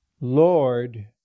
Lord